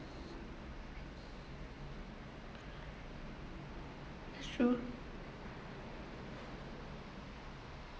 that's true